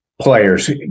players